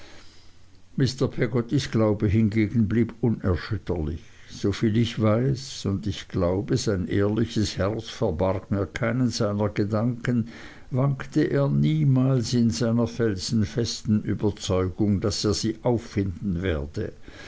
mr peggottys glaube hingegen blieb unerschütterlich soviel ich weiß und ich glaube sein ehrliches herz verbarg mir keinen seiner gedanken wankte er niemals in seiner felsenfesten überzeugung daß er sie auffinden werde